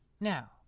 Now